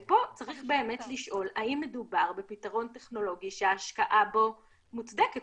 15%. ופה צריך באמת לשאול אם מדובר בפתרון טכנולוגי שהשקעה בו מוצדקת.